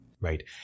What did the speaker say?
Right